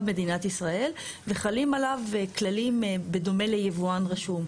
מדינת ישראל וחלים עליו כללים בדומה ליבואן רשום.